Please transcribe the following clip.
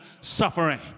suffering